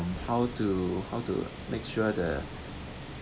how to how to make sure the